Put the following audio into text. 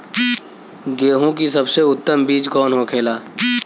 गेहूँ की सबसे उत्तम बीज कौन होखेला?